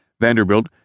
Vanderbilt